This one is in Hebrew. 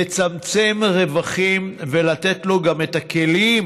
לצמצם רווחים ולתת לו גם את הכלים